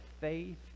faith